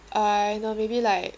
uh you know maybe like